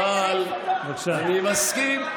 אבל אני מסכים.